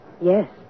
Yes